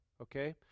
okay